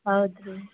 ಹೌದು ರೀ